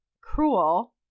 cruel